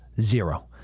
zero